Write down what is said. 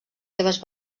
seves